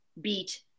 beat